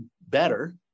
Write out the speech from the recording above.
better